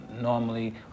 normally